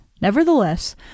Nevertheless